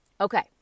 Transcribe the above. Okay